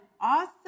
awesome